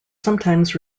sometimes